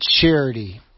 charity